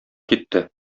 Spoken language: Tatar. китте